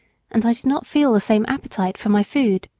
and i did not feel the same appetite for my food.